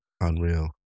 unreal